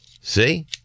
see